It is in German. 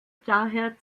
daher